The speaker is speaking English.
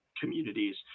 communities